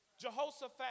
Jehoshaphat